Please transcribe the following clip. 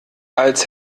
als